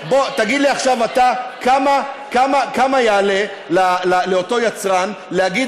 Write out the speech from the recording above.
תגיד לי עכשיו אתה כמה יעלה לאותו יצרן להגיד